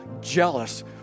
jealous